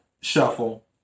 shuffle